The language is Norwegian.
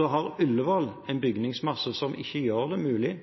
Ullevål har en bygningsmasse som ikke gjør det mulig